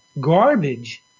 garbage